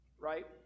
right